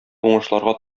уңышларга